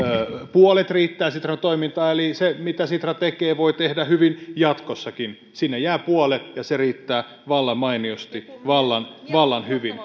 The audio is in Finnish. puolet riittää sitran toimintaan eli sen mitä sitra tekee se voi tehdä hyvin jatkossakin sinne jää puolet ja se riittää vallan mainiosti vallan vallan hyvin